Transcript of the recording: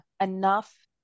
enough